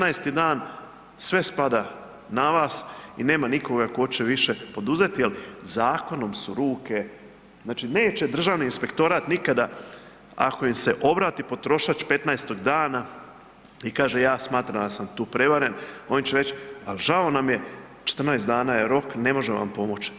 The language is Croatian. Petnaesti dan sve spada na vas i nema nikoga ko će više poduzeti jer zakonom su ruke, znači neće Državni inspektorat nikada, ako im se obrati potrošač petnaestog dana i kaže ja smatram da sam tu prevaren, oni će reć žao nam je, 14 dana je rok, ne možemo vam pomoć.